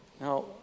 Now